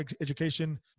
education